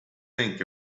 think